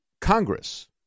Congress